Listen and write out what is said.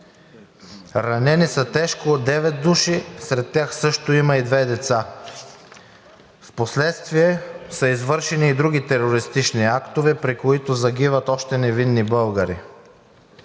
Ранени са тежко 9 души, сред тях също има и две деца. Впоследствие са извършени и други терористични актове, при които загиват още невинни българи.